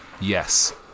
Yes